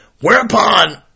Whereupon